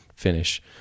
finish